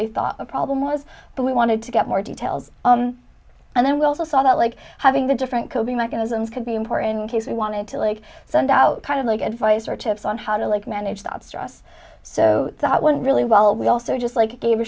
they thought the problem was but we wanted to get more details and then we also saw that like having the different coping mechanisms could be important in case we wanted to like send out kind of like advice or tips on how to like manage job stress so that was really well we also just like gave